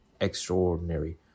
extraordinary